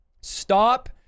stop